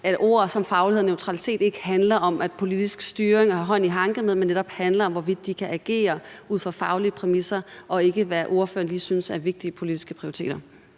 at ord som faglighed og neutralitet ikke handler om politisk styring og at have hånd i hanke med det, men at det netop handler om, hvorvidt de kan agere ud fra faglige præmisser, og ikke, hvad ordførere lige synes er vigtige politiske prioriteter.